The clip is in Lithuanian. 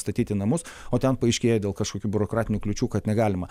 statyti namus o ten paaiškėja dėl kažkokių biurokratinių kliūčių kad negalima